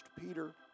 Peter